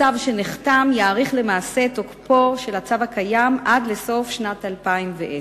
הצו שנחתם יאריך למעשה את תוקפו של הצו הקיים עד לסוף שנת 2010,